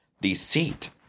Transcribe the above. deceit